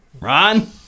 Ron